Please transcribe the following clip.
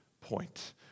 point